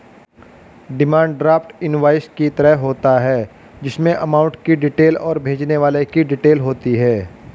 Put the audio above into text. demand draft invoice की तरह होता है जिसमे अमाउंट की डिटेल और भेजने वाले की डिटेल होती है